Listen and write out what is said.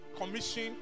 commission